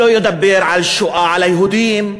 לא ידבר על שואה על היהודים,